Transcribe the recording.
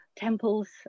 temples